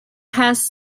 has